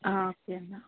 ആ ഓക്കെ എന്നാൽ